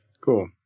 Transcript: cool